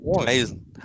Amazing